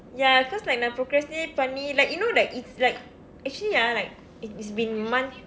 ya cause like நான்:naan procrastinate பண்ணி:panni like you know like it's like actually ah like it it's been month